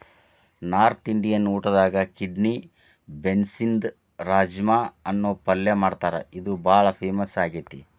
north Indian ಊಟದಾಗ kidney ಬೇನ್ಸ್ನಿಂದ ರಾಜ್ಮಾ ಅನ್ನೋ ಪಲ್ಯ ಮಾಡ್ತಾರ ಇದು ಬಾಳ ಫೇಮಸ್ ಆಗೇತಿ